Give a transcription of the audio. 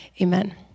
amen